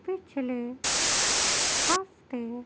پچھلے ہفتے